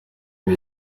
ari